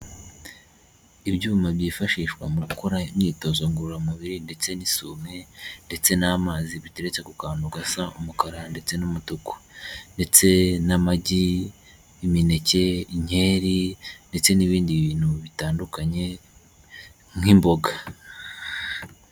Ibyuma byifashishwa mu gukora imyitozo ngororamubiri ndetse n'isume, ndetse n'amazi biteretse ku kantu gasa umukara ndetse n'umutuku, ndetse n'amagi, imineke, inkeri, ndetse n'ibindi bintu bitandukanye, nk'imboga.